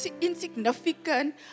insignificant